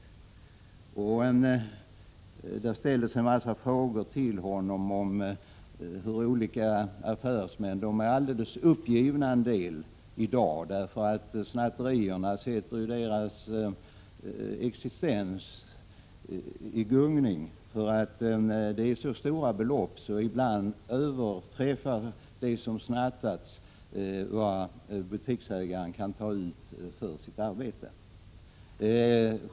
I intervjun ställdes en rad frågor till honom i anslutning till det faktum att många affärsmän är uppgivna i dag, därför att snatterierna sätter deras existens i gungning. Det rör sig om så stora belopp att det som snattats ibland överträffar vad butiksägaren kan ta ut för sitt arbete.